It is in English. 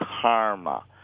karma